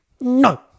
no